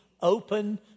open